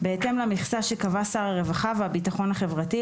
בהתאם למכסה שקבע שר הרווחה והביטחון החברתי,